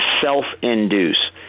self-induce